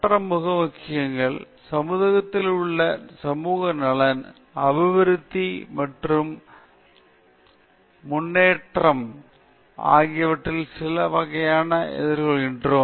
மற்றும் பிற முக்கிய விஷயங்கள் சமூகத்தில் உள்ள சமூக நலன் அபிவிருத்தி மற்றும் முன்னேற்றம் ஆகியவற்றில் சில சவால்களை எதிர்கொள்கின்றோம்